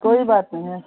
कोई बात नहीं है